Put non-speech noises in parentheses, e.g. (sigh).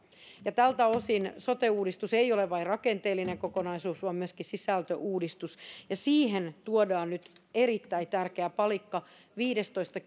tältä osin sote uudistus ei ole vain rakenteellinen kokonaisuus vaan myöskin sisältöuudistus ja siihen tuodaan nyt erittäin tärkeä palikka viidestoista (unintelligible)